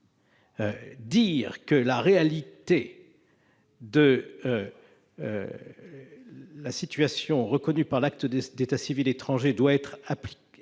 que la réalité de la situation reconnue par l'acte d'état civil étranger doit être appréciée